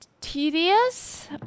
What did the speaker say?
tedious